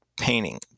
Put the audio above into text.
painting